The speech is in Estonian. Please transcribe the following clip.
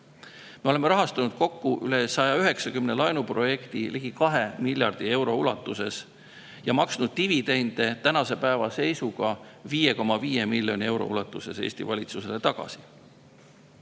Me oleme rahastanud kokku üle 190 laenuprojekti ligi 2 miljardi euro ulatuses ja maksnud Eesti valitsusele tänase päeva seisuga 5,5 miljoni euro ulatuses dividendidena tagasi.